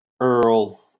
Earl